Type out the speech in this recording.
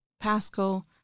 Pasco